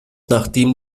nachdem